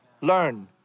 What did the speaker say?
Learn